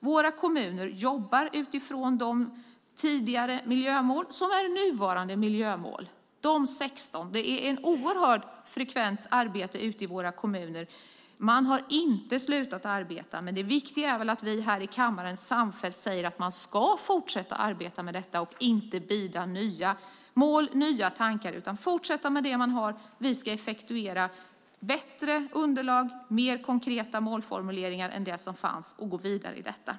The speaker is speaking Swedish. Våra kommuner jobbar utifrån de tidigare miljömålen som är nuvarande miljömål, de 16. Det är ett oerhört frekvent arbete ute i våra kommuner. Man har inte slutat arbeta, men det viktiga är väl att vi här i kammaren samfällt säger att man ska fortsätta arbeta med detta och inte bida nya mål och nya tankar, utan fortsätta med det man har. Vi ska effektuera, bättre underlag och mer konkreta målformuleringar än det som fanns och gå vidare i detta.